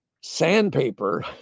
sandpaper